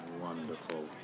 Wonderful